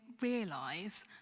realise